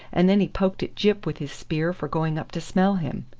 and then he poked at gyp with his spear for going up to smell him.